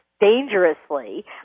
dangerously